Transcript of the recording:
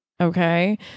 Okay